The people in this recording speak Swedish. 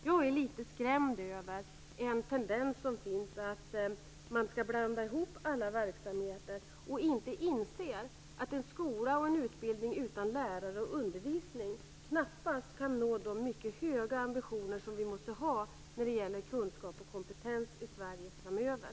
Jag är litet skrämd över den tendens som finns att man blandar ihop alla verksamheter och inte inser att en skola och en utbildning utan lärare och undervisning knappast kan nå de mycket höga ambitioner som vi måste ha när det gäller kunskap och kompetens i Sverige framöver.